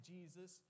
Jesus